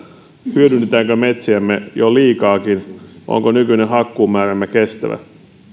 hyödynnetäänkö metsiämme jo liikaakin onko nykyinen hakkuumäärämme kestävä